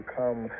come